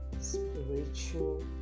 spiritual